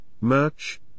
merch